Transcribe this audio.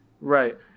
right